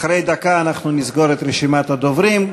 אחרי דקה אנחנו נסגור את רשימת הדוברים.